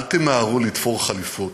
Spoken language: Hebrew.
אל תמהרו לתפור חליפות.